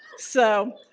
so,